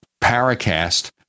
Paracast